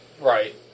right